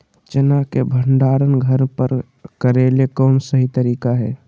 चना के भंडारण घर पर करेले कौन सही तरीका है?